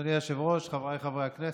אדוני היושב-ראש, חבריי חברי הכנסת,